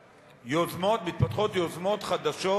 מתפתחות יוזמות חדשות,